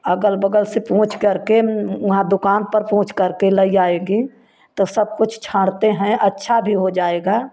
अगल बगल से पूछ करके वहाँ दुकान पर पूछ करके लइ आएगी तो सब कुछ छाँड़ते हैं अच्छा भी हो जाएगा